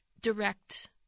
direct